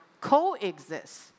coexist